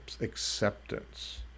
acceptance